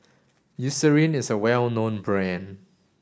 Eucerin is a well known brand